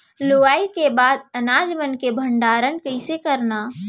लुवाई के बाद अनाज मन के भंडारण कईसे करन?